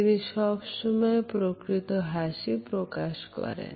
তিনি সব সময় প্রকৃত হাসি প্রকাশ করেন